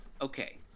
Okay